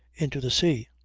into the sea.